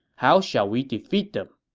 how shall we defeat them?